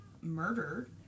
murdered